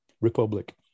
Republic